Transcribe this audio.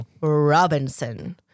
Robinson